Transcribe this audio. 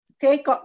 take